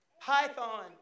Python